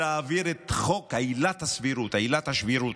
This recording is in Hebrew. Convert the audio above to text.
ולהעביר את חוק עילת הסבירות, עילת השבירות.